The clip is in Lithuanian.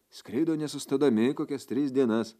skrido nesustodami kokias tris dienas